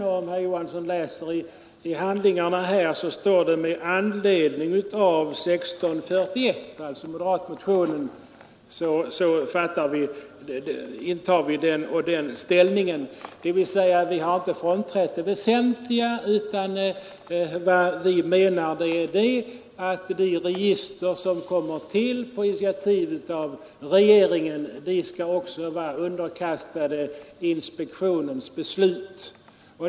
I reservationen 1 står det att ”med anledning av ——— motionen 1973:1644” — alltså moderatmotionen — intar vi den och den ståndpunkten. Vi har alltså inte frånträtt det väsentliga, utan vidhåller att de register som kommer till på initiativ av regeringen skall vara underkastade inspektionens beslut.